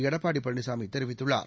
எடப்பாடி பழனிசாமி தெரிவித்துள்ளார்